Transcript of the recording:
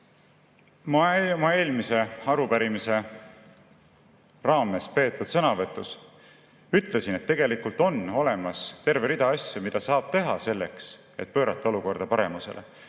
Ma eelmise arupärimise raames peetud sõnavõtus ütlesin, et tegelikult on olemas terve rida asju, mida saab teha selleks, et pöörata olukorda paremusele.